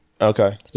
Okay